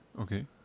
Okay